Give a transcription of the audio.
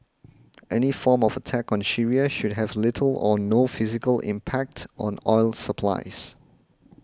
any form of attack on Syria should have little or no physical impact on oil supplies